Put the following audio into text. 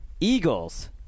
Eagles